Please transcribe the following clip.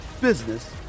business